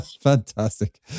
Fantastic